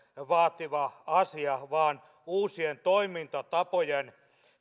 vaativa asia vaan uusien toimintatapojen